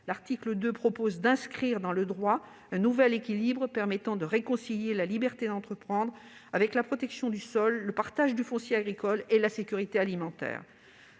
l'article 2 tend à inscrire dans le droit un nouvel équilibre permettant de réconcilier la liberté d'entreprendre avec la protection du sol, le partage du foncier agricole et la sécurité alimentaire.